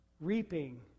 reaping